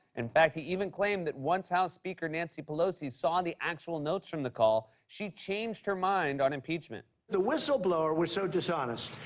in fact, he even claimed that once house speaker nancy pelosi saw the actual notes from the call, she changed her mind on impeachment. the whistleblower was so dishonest.